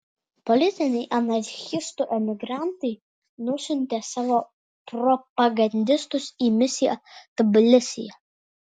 politiniai anarchistų emigrantai nusiuntė savo propagandistus į misiją tbilisyje